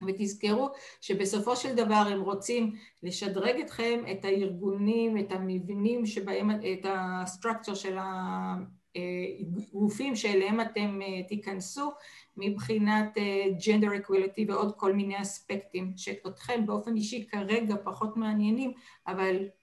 ותזכרו שבסופו של דבר הם רוצים לשדרג אתכם את הארגונים, את המבינים שבהם, את הSTRUCTURE של הגופים שאליהם אתם תיכנסו מבחינת GENDER EQUILITY ועוד כל מיני אספקטים שאותכן באופן אישי כרגע פחות מעניינים, אבל